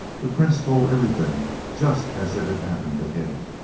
the prince told everything just as it had happened to him,